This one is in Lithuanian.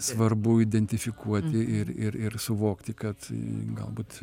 svarbu identifikuoti ir ir ir suvokti kad galbūt